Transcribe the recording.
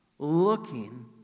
looking